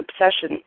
obsession